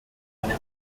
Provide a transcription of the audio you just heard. eine